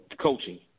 coaching